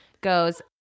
goes